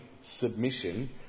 submission